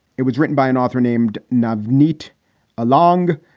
it was written by an author named knobbed neat along.